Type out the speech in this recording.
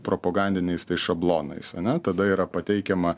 propagandiniais tais šablonais ane tada yra pateikiama